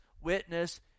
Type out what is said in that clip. witness